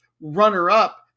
runner-up